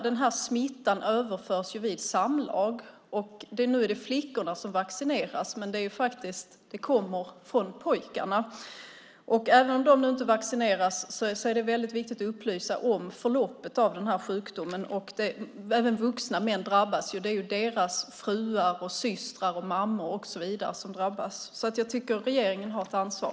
Flickorna vaccineras mot smittan som överförs vid samlag, men den kommer från pojkarna. Även om de nu inte vaccineras är det väldigt viktigt att upplysa om sjukdomens förlopp. Vuxna män drabbas också och deras fruar, systrar och mammor. Därför tycker jag att regeringen har ett ansvar.